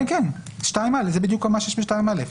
כן, זה בדיוק מה שיש ב-(2)(א),